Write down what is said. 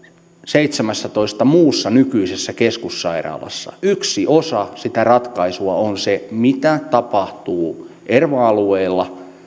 seitsemässätoista muussa nykyisessä keskussairaalassa yksi osa sitä ratkaisua on se mitä tapahtuu erva alueilla